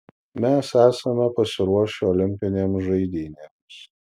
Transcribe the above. mes esame pasiruošę olimpinėms žaidynėms